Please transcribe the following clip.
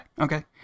okay